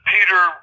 Peter